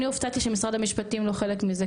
אני הופתעתי שמשרד המשפטים לא חלק מזה,